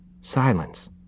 Silence